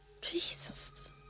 Jesus